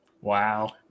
Wow